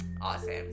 awesome